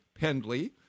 Pendley